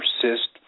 persist